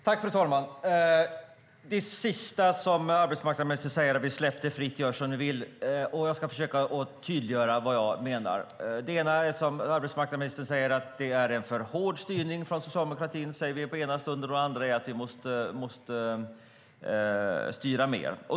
Fru talman! När det gäller det sista som arbetsmarknadsministern säger, släpp det fritt, gör som ni vill, ska jag försöka tydliggöra vad jag menar. Det ena som arbetsmarknadsministern säger är att socialdemokratin ena stunden menar att det är en för hård styrning och i den andra att vi måste styra mer.